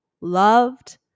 loved